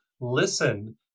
listen